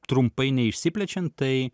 trumpai neišsiplečiant tai